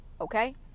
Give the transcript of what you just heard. Okay